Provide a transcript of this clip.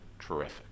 Terrific